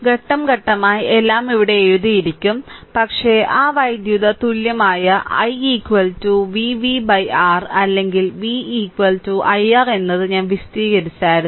ഘട്ടം ഘട്ടമായി എല്ലാം ഇവിടെ എഴുതിയിരിക്കും പക്ഷേ ആ വൈദ്യുത തുല്യമായ i v v R അല്ലെങ്കിൽ v i R എന്നത് ഞാൻ വിശധികരിച്ചായിരുന്നു